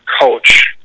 coach